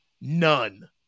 None